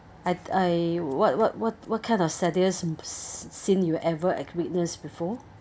I I what what what what kind of saddest scene you will ever witness before